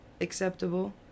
acceptable